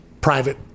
private